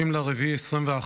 30 באפריל 2021,